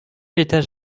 étage